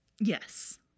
yes